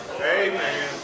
Amen